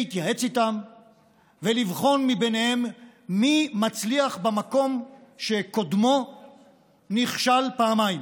להתייעץ איתם ולבחון מי מהם מצליח במקום שקודמו נכשל פעמיים.